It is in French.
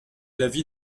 l’avis